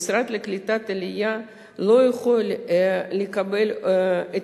המשרד לקליטת העלייה לא יכול לקבל את